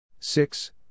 Six